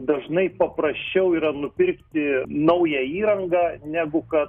dažnai paprasčiau yra nupirkti naują įrangą negu ka